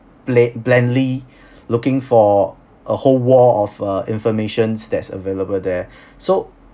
pla~ blandly looking for a whole wall of uh information that's available there so